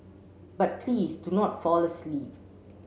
but please do not fall asleep